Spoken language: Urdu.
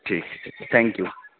ٹھیک ہے ٹھیک ہے تھینک یو